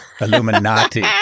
Illuminati